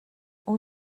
اون